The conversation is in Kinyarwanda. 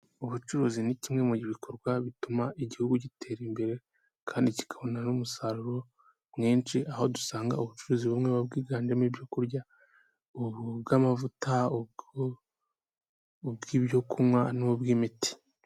Ubucuruzi ni kimwe mu bikorwa bituma igihugu gitera imbere kandi kikabona n'umusaruro mwinshi, aho dusanga ubucuruzi bumwe buba bwiganjemo ibyo kurya, ubw'amavuta, ubw'ibyo kunywa n'ubw'imiti.